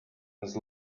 his